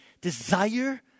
desire